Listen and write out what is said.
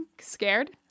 Scared